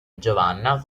giovanna